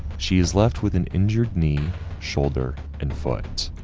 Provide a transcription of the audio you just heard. she is left with an injured knee shoulder and foot.